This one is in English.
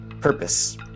purpose